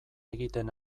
egiten